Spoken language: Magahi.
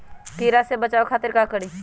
कीरा से बचाओ खातिर का करी?